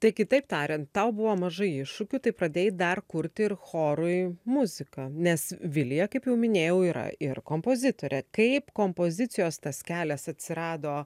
tai kitaip tariant tau buvo mažai iššūkių tai pradėjai dar kurti ir chorui muziką nes vilija kaip jau minėjau yra ir kompozitorė kaip kompozicijos tas kelias atsirado